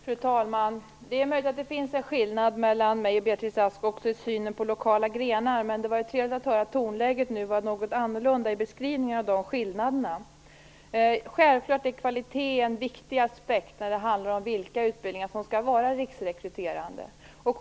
Fru talman! Det är möjligt att det finns skillnader mellan mig och Beatrice Ask också i synen på lokala grenar, men det var trevligt att höra att tonläget nu var något annorlunda i beskrivningen av dessa skillnader. Självfallet är kvalitet en viktig aspekt när det handlar om vilka utbildningar som skall vara riksrekryterande.